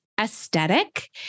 aesthetic